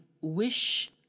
wish